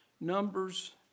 Numbers